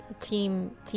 Team